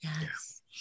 Yes